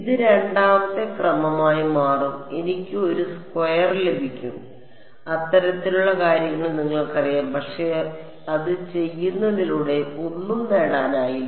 ഇത് രണ്ടാമത്തെ ക്രമമായി മാറും എനിക്ക് ഒരു സ്ക്വയർ ലഭിക്കും അത്തരത്തിലുള്ള കാര്യങ്ങൾ നിങ്ങൾക്കറിയാം പക്ഷേ അത് ചെയ്യുന്നതിലൂടെ ഒന്നും നേടാനായില്ല